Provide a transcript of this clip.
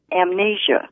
amnesia